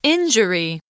Injury